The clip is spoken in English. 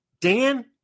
Dan